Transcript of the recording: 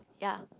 ya